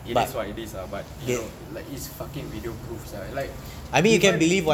it is what it is ah but you know it's fucking video proof ah like even